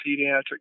pediatric